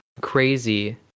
crazy